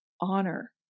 honor